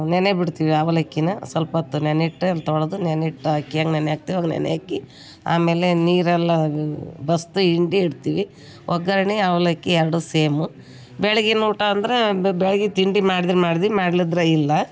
ನೆನೆ ಬಿಡ್ತೀವಿ ಅವಲಕ್ಕಿನ ಸ್ವಲ್ಪೊತ್ತು ನೆನಿಟ್ಟು ತೊಳೆದು ನೆನೆಟ್ಟು ಅಕ್ಕಿಹೆಂಗೆ ನೆನೆ ಹಾಕ್ತಿವಂಗೆ ನೆನೆ ಹಾಕಿ ಆಮೇಲೆ ನೀರೆಲ್ಲ ಬಸಿದಿ ಹಿಂಡಿ ಇಡ್ತೀವಿ ಒಗ್ಗರಣೆ ಅವಲಕ್ಕಿ ಎರಡೂ ಸೇಮು ಬೆಳಿಗ್ಗಿನ ಊಟ ಅಂದ್ರೆ ಬೆಳಿಗ್ಗೆ ತಿಂಡಿ ಮಾಡಿದರೆ ಮಾಡ್ವಿ ಮಾಡ್ದಿದ್ರೆ ಇಲ್ಲ